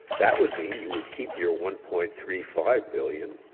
that would mean you would keep your one point three five billion